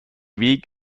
weg